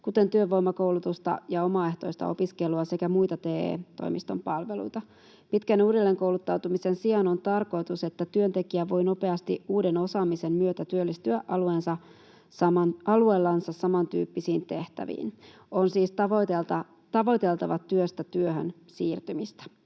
kuten työvoimakoulutusta ja omaehtoista opiskelua sekä muita TE-toimiston palveluita. Pitkän uudelleenkouluttautumisen sijaan on tarkoitus, että työntekijä voi nopeasti uuden osaamisen myötä työllistyä alueellansa samantyyppisiin tehtäviin. On siis tavoiteltava työstä työhön siirtymistä.